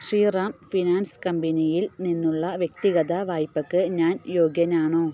Sriram finance കമ്പനിയിൽ നിന്നുള്ള വ്യക്തിഗത വായ്പയ്ക്ക് ഞാൻ യോഗ്യനാണോ